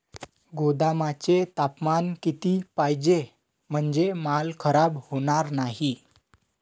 गोदामाचे तापमान किती पाहिजे? म्हणजे माल खराब होणार नाही?